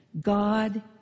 God